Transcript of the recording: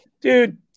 dude